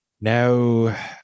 Now